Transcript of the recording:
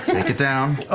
take it down,